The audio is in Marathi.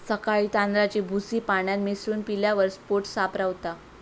सकाळी तांदळाची भूसी पाण्यात मिसळून पिल्यावर पोट साफ रवता